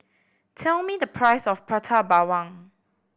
tell me the price of Prata Bawang